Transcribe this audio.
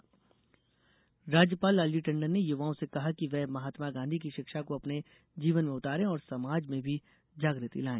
राज्यपाल राज्यपाल लालजी टंडन ने युवाओं से कहा है कि वे महात्मा गांधी की शिक्षा को अपने जीवन में उतारे और समाज में भी जाग्रति लाये